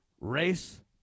Race